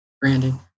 Brandon